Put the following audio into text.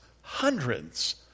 hundreds